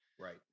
Right